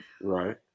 right